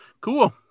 cool